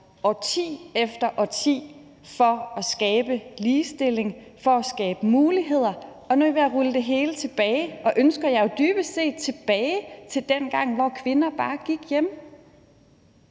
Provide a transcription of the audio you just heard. årti efter årti på at skabe ligestilling, på at skabe muligheder – og nu er I ved at rulle det hele tilbage, og I ønsker jer jo dybest set tilbage til dengang, hvor kvinder bare gik hjemme.